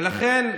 ולכן,